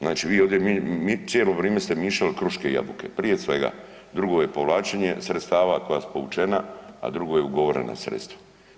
Znači, ... cijelo vrijeme ste miješali kruške i jabuke, prije svega, drugo je povlačenje sredstava koja su povučena a drugo je ugovorena sredstva.